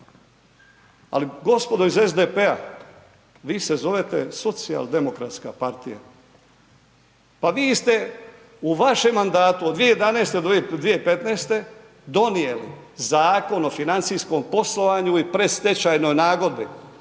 Ali gospodo iz SDP-a vi se zovete socijaldemokratska partija, pa vi ste, u vašem mandatu od 2011.-2015. donijeli Zakon o financijskom poslovanju i predstečajnoj nagodbi,